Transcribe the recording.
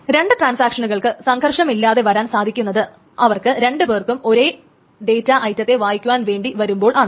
രണ്ട് ട്രാൻസാക്ഷനുകൾക്ക് സംഘർഷമില്ലാതെ വരാൻ സാധിക്കുന്നത് അവർക്ക് രണ്ടു പേർക്കും ഒരു ഡേറ്റാ ഐറ്റത്തെ വായിക്കുവാൻ വേണ്ടി വരുമ്പോൾ ആണ്